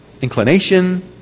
inclination